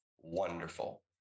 wonderful